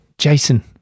Jason